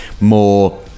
more